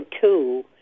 two